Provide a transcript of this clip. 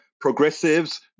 progressives